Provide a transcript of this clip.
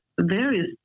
various